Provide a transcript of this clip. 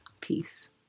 Peace